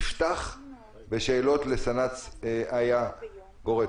נפתח בשאלות לסנ"צ איה גורצקי.